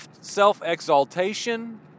self-exaltation